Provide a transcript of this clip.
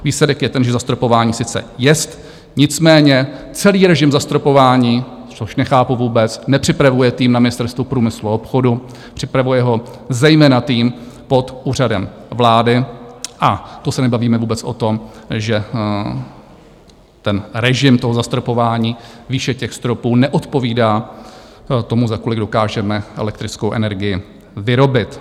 Výsledek je ten, že zastropování sice jest, nicméně celý režim zastropování, což nechápu vůbec, nepřipravuje tým na Ministerstvu průmyslu a obchodu, připravuje ho zejména tým pod Úřadem vlády, a to se nebavíme vůbec o tom, že režim zastropování, výše těch stropů, neodpovídá tomu, za kolik dokážeme elektrickou energii vyrobit.